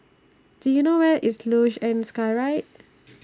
Do YOU know Where IS Luge and Skyride